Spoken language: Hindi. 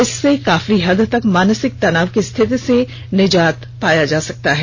इससे काफी हद तक मानसिक तनाव की स्थिति से निजात पाई जा सकती है